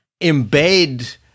embed